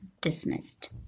dismissed